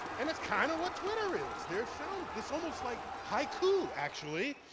and it's kind of what twitter is. they're sound it's almost like haiku, actually.